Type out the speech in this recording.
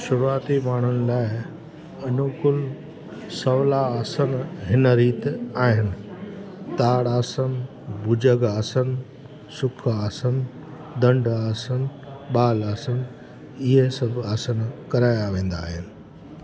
शुरुआती माण्हुनि लाइ अनुकुल सहुला आसन हिन रीति आहिनि ताड़ आसनु भुजंग आसनु सुक आसनु दंड आसनु बाल आसनु इहे सभु आसन करायां वेंदा आहिनि